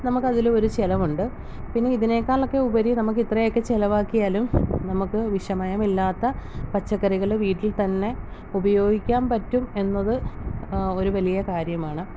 നമുക്ക് അതിൽ ഒരു ചിലവുണ്ട് പിന്നെ ഇതിനേക്കാളൊക്കെ ഉപരി നമുക്ക് ഇത്രയൊക്കെ ചിലവാക്കിയാലും നമുക്ക് വിഷമയമില്ലാത്ത പച്ചക്കറികൾ വീട്ടിൽ തന്നെ ഉപയോഗിക്കാൻ പറ്റും എന്നത് ഒരു വലിയ കാര്യമാണ്